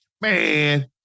Man